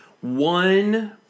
One